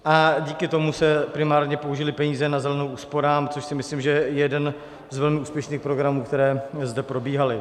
A díky tomu se primárně použily peníze na Zelenou úsporám, což si myslím, že je jeden z velmi úspěšných programů, které zde probíhaly.